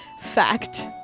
fact